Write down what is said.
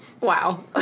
Wow